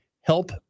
help